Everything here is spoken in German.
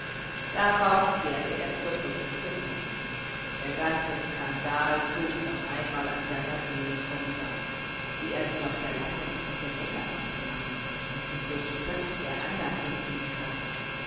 darauf kehrte er zur brücke zurück der ganze skandal zog noch einmal an seiner seele vorüber wie er sich auf der landungsbrücke lächerlich gemacht und zum gespött der andern gedient hatte